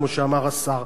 כמו שאמר השר.